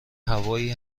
هوایی